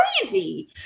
crazy